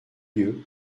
lieu